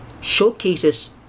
showcases